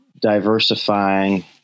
diversifying